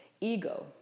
ego